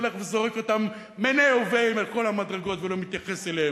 הולך וזורק אותם מיניה וביה מכל המדרגות ולא מתייחס אליהם,